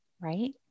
right